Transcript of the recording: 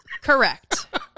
Correct